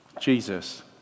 Jesus